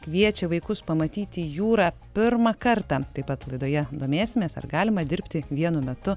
kviečia vaikus pamatyti jūrą pirmą kartą taip pat laidoje domėsimės ar galima dirbti vienu metu